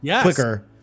quicker